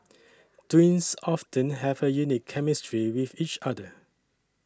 twins often have a unique chemistry with each other